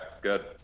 good